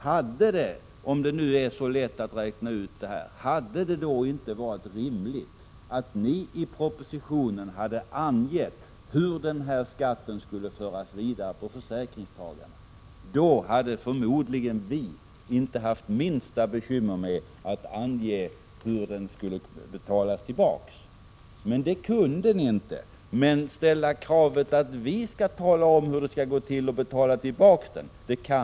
Hade det inte, om det nu är så lätt att räkna ut detta, varit rimligt att ni i propositionen hade angett hur denna skatt skulle föras vidare på försäkringstagarna? I så fall hade vi förmodligen inte haft minsta bekymmer med att ange hur den skulle betalas tillbaka. Det kunde ni emellertid inte. Men ställa krav på att vi skall tala om hur det skall gå till att betala tillbaka den kan ni.